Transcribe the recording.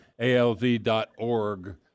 ALZ.org